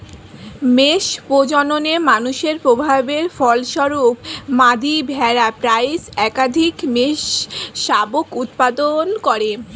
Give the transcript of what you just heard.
মেষ প্রজননে মানুষের প্রভাবের ফলস্বরূপ, মাদী ভেড়া প্রায়শই একাধিক মেষশাবক উৎপাদন করে